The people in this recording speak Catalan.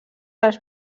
les